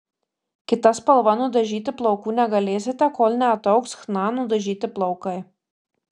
kita spalva nudažyti plaukų negalėsite kol neataugs chna nudažyti plaukai